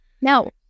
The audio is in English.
Now